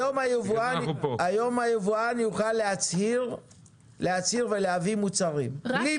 היום היבואן יוכל להצהיר ולהביא מוצרים בלי בדיקה.